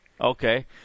Okay